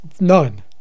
none